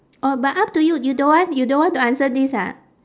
oh but up to you you don't want you don't want to answer this ah